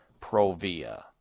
Provia